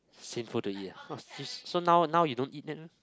sinful to eat ah so now now you don't eat that meh